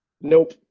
nope